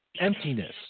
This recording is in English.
emptiness